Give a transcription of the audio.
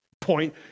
point